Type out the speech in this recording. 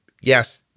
yes